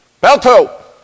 Balto